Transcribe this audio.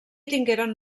tingueren